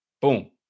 boom